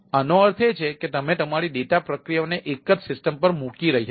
આનો અર્થ એ છે કે તમે તમારી ડેટા પ્રક્રિયાઓને એક જ સિસ્ટમ પર મૂકી રહ્યા છો